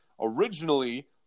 originally